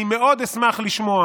אני מאוד אשמח לשמוע